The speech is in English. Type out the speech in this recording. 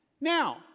now